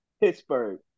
Pittsburgh